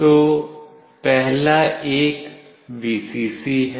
तो पहला एक Vcc है